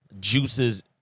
juices